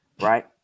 right